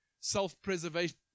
self-preservation